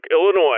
Illinois